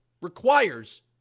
requires